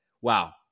wow